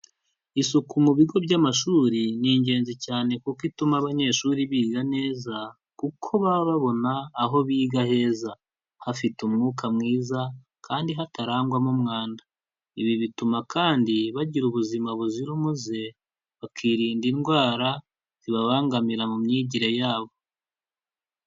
Isuku mu bigo by'amashuri, ni ingenzi cyane kuko ituma abanyeshuri biga neza, kuko baba babona aho biga heza, hafite umwuka mwiza kandi hatarangwamo umwanda. Ibi bituma kandi bagira ubuzima buzira umuze, bakirinda indwara zibabangamira mu myigire yabo.